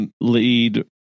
lead